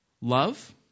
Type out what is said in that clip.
love